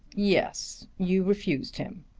yes you refused him.